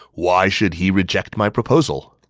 why should he reject my proposal?